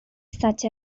such